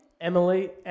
Emily